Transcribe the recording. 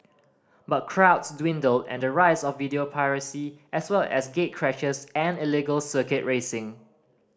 but crowds dwindled and the rise of video piracy as well as gatecrashers and illegal circuit racing